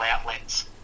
outlets